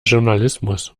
journalismus